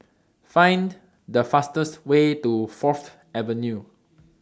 Find The fastest Way to Fourth Avenue